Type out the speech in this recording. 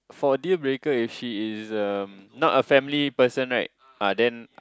for deal breaker if she is um not a family person right ah then